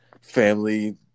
family